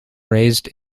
raised